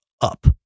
up